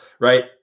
right